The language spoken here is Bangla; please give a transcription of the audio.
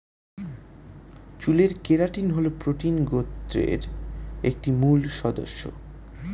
চুলের কেরাটিন হল প্রোটিন গোত্রের একটি মূল সদস্য